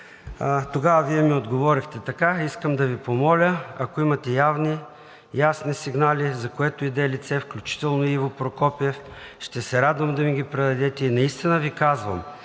тогава Вие ми отговорихте така: „Искам да Ви помоля, ако имате ясни сигнали за което и да е лице, включително Иво Прокопиев, ще се радвам да ми ги предадете и наистина Ви казвам,